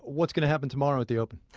what's going to happen tomorrow at the open?